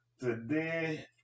today